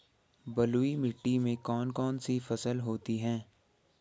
बलुई मिट्टी में कौन कौन सी फसल होती हैं?